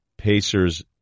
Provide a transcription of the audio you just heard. Pacers